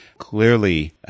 Clearly